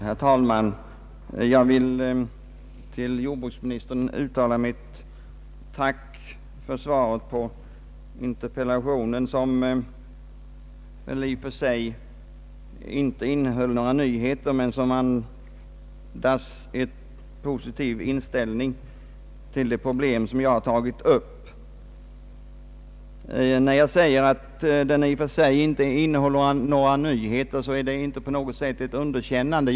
Herr talman! Jag vill till jordbruksministern uttala mitt tack för svaret på min interpellation vilket i och för sig väl inte innehöll några nyheter men som vittnar om en positiv inställning till de problem som jag tagit upp. När jag säger att det inte innehåller några nyheter är detta i och för sig inte något underkännande.